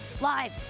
live